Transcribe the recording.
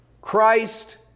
Christ